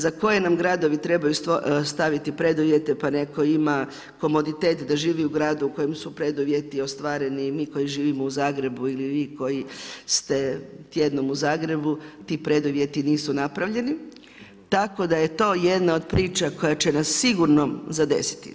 Za koje nam gradovi trebaju staviti preduvjete pa netko ima komoditet da živi u gradu u kojem su preduvjeti ostvareni ili mi koji živimo u Zagrebu ili vi koji ste tjednom u Zagrebu ti preduvjeti nisu napravljeni, tako da je to jedna od priča koja će nas sigurno zadesiti.